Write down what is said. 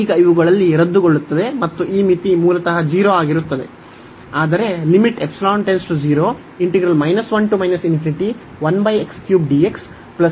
ಇದು ಈಗ ಇವುಗಳಲ್ಲಿ ರದ್ದುಗೊಳ್ಳುತ್ತದೆ ಮತ್ತು ಈ ಮಿತಿ ಮೂಲತಃ 0 ಆಗಿರುತ್ತದೆ